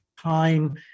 time